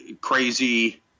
crazy